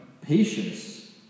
patience